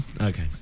Okay